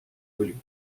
olho